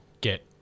get